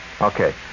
Okay